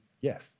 Yes